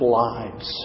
lives